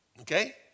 okay